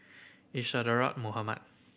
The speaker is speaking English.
Isadhora Mohamed